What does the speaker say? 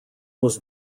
was